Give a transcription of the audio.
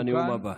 לנאום הבא.